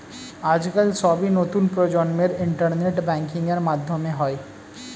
আজকাল সবই নতুন প্রজন্মের ইন্টারনেট ব্যাঙ্কিং এর মাধ্যমে হয়